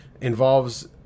involves